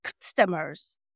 customers